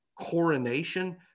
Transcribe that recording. coronation